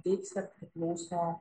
deiksė priklauso